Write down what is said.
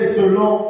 selon